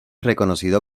reconocido